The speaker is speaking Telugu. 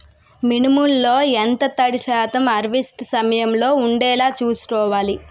మినుములు లో ఎంత తడి శాతం హార్వెస్ట్ సమయంలో వుండేలా చుస్కోవాలి?